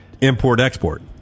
Import-export